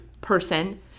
person